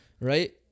right